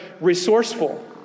resourceful